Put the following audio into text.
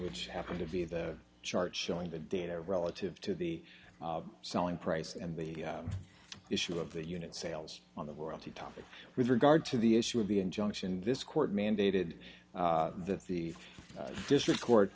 which happened to be the chart showing the data relative to the selling price and the issue of the unit sales on the world the topic with regard to the issue of the injunction this court mandated that the district court